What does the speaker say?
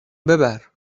ببر